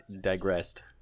Digressed